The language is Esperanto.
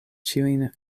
ĉiujn